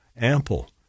ample